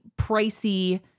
pricey